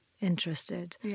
interested